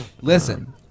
Listen